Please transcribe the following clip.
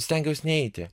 stengiaus neiti